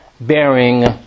bearing